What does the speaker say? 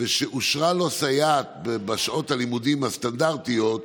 ואושרה לו סייעת בשעות הלימודים הסטנדרטיות,